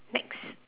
next